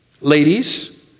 ladies